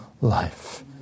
life